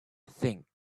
think